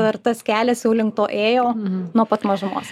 ar tas kelias jau link to ėjo nuo pat mažumos